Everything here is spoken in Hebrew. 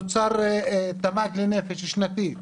תוצר לנפש שנתי,